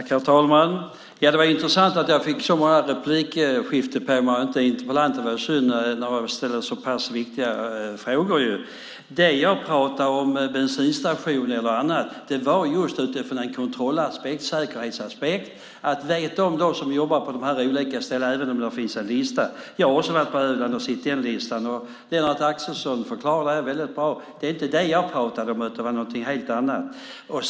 Herr talman! Det är intressant att så många meddebattörer tar upp dessa viktiga frågor. Det jag sade om bensinstationer och annat var just utifrån en kontroll och säkerhetsaspekt. Det är viktigt att veta vilka som jobbar på de olika ställena, även om det finns en lista; jag har också varit på Öland och sett listan. Lennart Axelsson förklarade det hela väldigt bra. Det jag pratade om gällde alltså någonting helt annat.